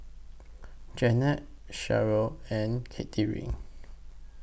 Jannette Cherryl and Katherin